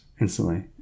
instantly